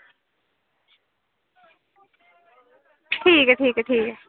ठीक ऐ ठीक ऐ ठीक ऐ